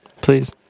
Please